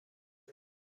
کنه